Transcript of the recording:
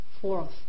fourth